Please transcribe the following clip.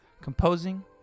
composing